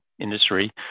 industry